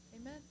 Amen